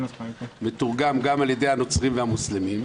מתורגם גם על ידי הנוצרים והמוסלמים,